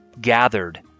gathered